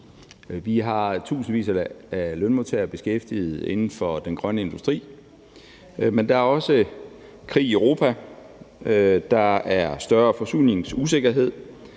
Vi har tusindvis af lønmodtagere beskæftiget inden for den grønne industri, men der er også krig i Europa, der er større forsyningsusikkerhed,